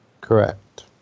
Correct